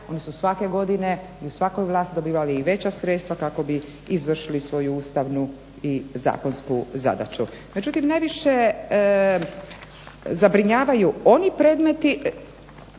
Oni su svake godine na svakoj vlasti dobivali i veća sredstva kako bi izvršili i svoju ustavnu i zakonsku zadaću. Međutim najviše zabrinjavaju oni predmeti